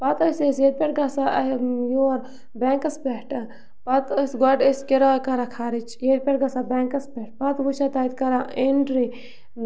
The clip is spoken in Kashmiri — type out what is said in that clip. پَتہٕ ٲسۍ أسۍ ییٚتہِ پٮ۪ٹھ گژھان یور بٮ۪نٛکَس پٮ۪ٹھٕ پَتہٕ ٲسۍ گۄڈٕ أسۍ کِراے کَران خرٕچ ییٚتہِ پٮ۪ٹھ گژھان بٮ۪نٛکَس پٮ۪ٹھ پَتہٕ وٕچھان تَتہِ کَران اٮ۪نٛٹِرٛی